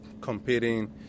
competing